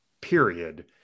period